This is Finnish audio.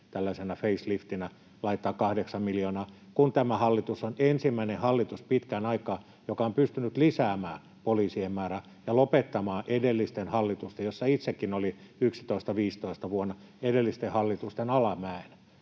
tällaisena faceliftinä, laittaa kahdeksan miljoonaa, kun tämä hallitus on ensimmäinen hallitus pitkän aikaan, joka on pystynyt lisäämään poliisien määrää ja lopettamaan edellisten hallitusten, jossa itsekin olin vuosina 11—15, alamäen